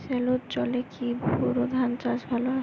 সেলোর জলে কি বোর ধানের চাষ ভালো?